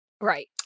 Right